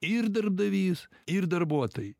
ir darbdavys ir darbuotojai